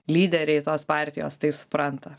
lyderiai tos partijos tai supranta